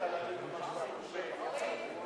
החלטת להגיד את מה שאתה חושב,